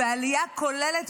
ועלייה כוללת